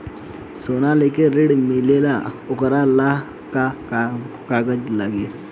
सोना लेके ऋण मिलेला वोकरा ला का कागज लागी?